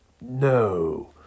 No